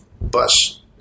bus